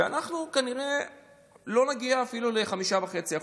ואנחנו כנראה לא נגיע אפילו ל-5.5%.